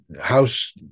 house